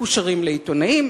מקושרים לעיתונאים,